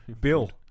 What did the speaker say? bill